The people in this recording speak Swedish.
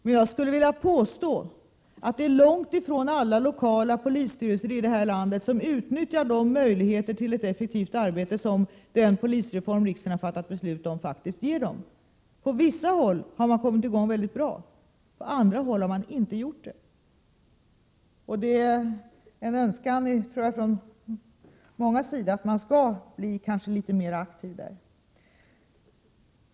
Men jag vill att långt ifrån alla polisstyrelser här i landet utnyttjar de möjligheter till ett effektivt arbete som den polisreform riksdagen har fattat beslut om faktiskt ger dem. På vissa håll har man kommit i gång mycket bra, på andra håll har man inte gjort det. Jag tror att det är en önskan från mångas sida att man skall bli litet mer aktiv därvidlag.